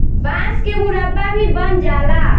बांस के मुरब्बा भी बन जाला